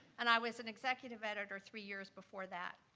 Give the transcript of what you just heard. and i was an executive editor three years before that.